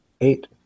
eight